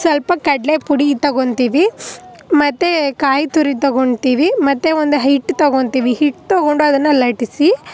ಸ್ವಲ್ಪ ಕಡಲೇ ಪುಡಿ ತಗೊಳ್ತೀವಿ ಮತ್ತು ಕಾಯಿ ತುರಿ ತಗೊಳ್ತೀವಿ ಮತ್ತು ಒಂದು ಹಿಟ್ಟು ತಗೊಳ್ತೀವಿ ಹಿಟ್ಟು ತಗೊಂಡು ಅದನ್ನು ಲಟ್ಟಿಸಿ